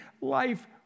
life